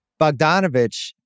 Bogdanovich